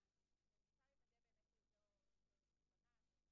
אבל עם פחות איחור מהיוזמת של תיקון החוק.